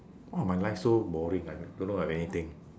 oh my life so boring I do do not have anything